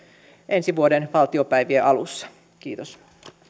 ensi vuoden valtiopäivien alussa kiitos